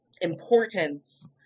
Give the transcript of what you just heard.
importance